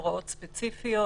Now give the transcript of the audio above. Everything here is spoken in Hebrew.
הוראות ספציפיות,